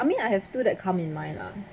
I mean I have two that come in mind lah